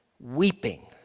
weeping